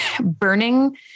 burning